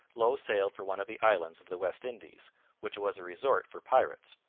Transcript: low sailed for one of the islands of the west indies which was a resort for pirates,